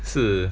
是